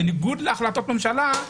בניגוד להחלטות ממשלה,